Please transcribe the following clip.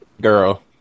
Girl